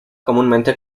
comúnmente